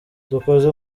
dukoze